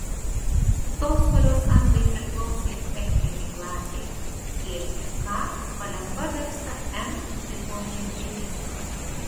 tos kurios andai priklausė spektrinei klasei g ir k palengva virsta m tipo žvaigždėmis